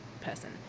person